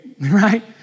right